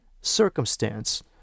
circumstance